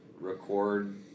record